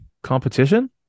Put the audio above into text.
competition